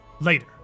Later